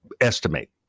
estimate